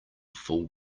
full